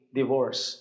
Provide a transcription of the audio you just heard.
divorce